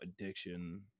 addiction